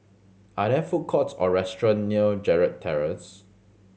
are there food courts or restaurants near Gerald Terrace